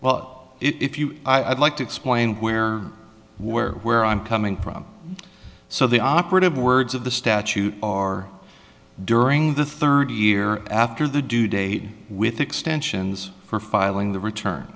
well if you i'd like to explain where where where i'm coming from so the operative words of the statute are during the third year after the due date with extensions for filing the return